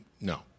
no